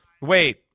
wait